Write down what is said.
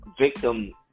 victim